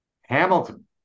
Hamilton